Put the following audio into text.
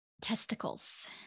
Testicles